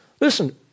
Listen